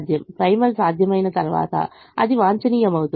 primal సాధ్యమైన తర్వాత అది వాంఛనీయమవుతుంది